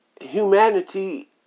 humanity